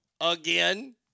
again